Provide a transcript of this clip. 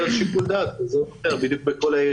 מתוקף התקנות,